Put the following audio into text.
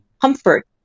comfort